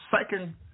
second